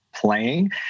playing